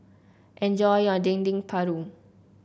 enjoy your Dendeng Paru